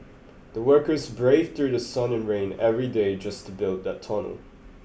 the workers braved through sun and rain every day just to build that tunnel